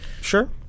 Sure